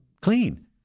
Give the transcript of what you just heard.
clean